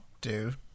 Dude